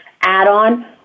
add-on